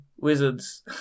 wizards